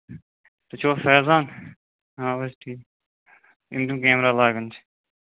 تُہۍ چھِوا فیزان اَہَن حظ ٹھیٖک یِم تِم کیمرا لاگان چھِ